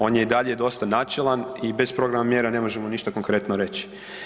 On je i dalje dosta načelan i bez programa mjera ne možemo ništa konkretno reći.